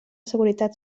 seguretat